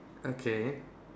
okay